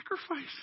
sacrifice